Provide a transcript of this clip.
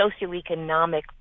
socioeconomic